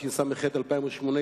התשס"ח 2008,